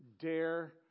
dare